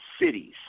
cities